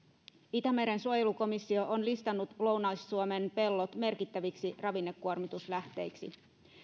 itämeren suojelukomissio on listannut lounais suomen pellot merkittäviksi ravinnekuormituslähteiksi